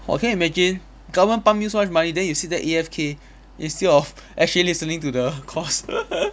!whoa! can you imagine government pump you so much money then you sit there A_F_K instead of actually listening to the course